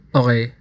okay